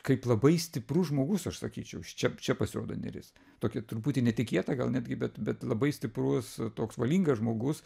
kaip labai stiprus žmogus aš sakyčiau iš čia čia pasirodo neris tokį truputį netikėta gal netgi bet bet labai stiprus toks valingas žmogus